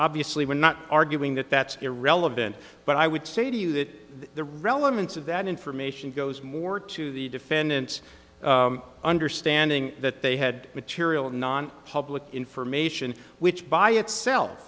obviously we're not arguing that that's irrelevant but i would say to you that the relevance of that information goes more to the defendants understanding that they had material nonpublic information which by itself